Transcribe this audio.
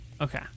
okay